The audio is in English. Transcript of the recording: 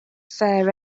fare